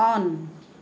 on